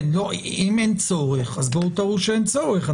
אם אין צורך אז בואו תראו שאין צורך,